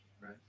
Right